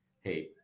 hey